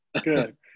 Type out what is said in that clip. good